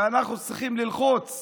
אנחנו צריכים ללחוץ